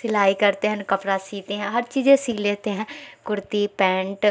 سلائی کرتے ہیں نا کپڑا سیتے ہیں ہر چیز سل لیتے ہیں کرتی پینٹ